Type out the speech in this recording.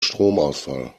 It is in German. stromausfall